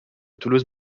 toulouse